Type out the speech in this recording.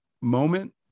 moment